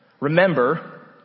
Remember